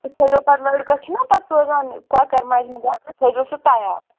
سُہ تھٲوِزیٚو پَتہٕ لٔڑکَس چھِنا پَتہٕ سوزان کۄکَر مَجمہٕ سُہ تھٲوِزیٚو سُہ تیار